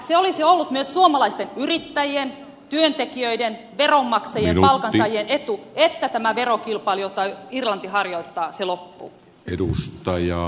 se olisi ollut myös suomalaisten yrittäjien työntekijöiden veronmaksajien palkansaajien etu että tämä verokilpailu jota irlanti harjoittaa loppuu